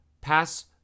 pass